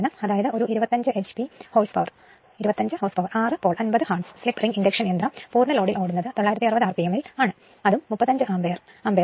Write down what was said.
അതായത് ഒരു 25 hp horse power 6 pole 50 hertz slip ring induction യന്ത്രം മുഴുവൻ ലോഡിൽ ഓടുന്നത് 960 rpm ഇൽ ആണ് അതും 35 അംപീയേറിൽ